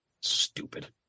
Stupid